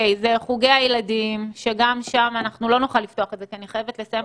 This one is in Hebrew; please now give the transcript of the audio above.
יש פה בעיה ואנחנו צריכים לעבוד ביחד.